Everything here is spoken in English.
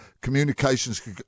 communications